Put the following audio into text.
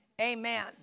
Amen